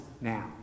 now